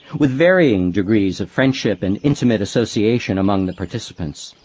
with varying degrees of friendship and intimate association among the participants.